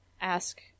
ask